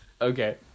Okay